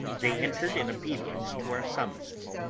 they entered in obedience to our summons.